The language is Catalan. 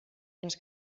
les